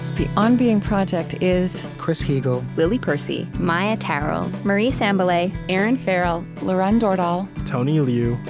the on being project is chris heagle, lily percy, maia tarrell, marie sambilay, erinn farrell, lauren dordal, tony liu,